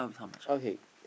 okay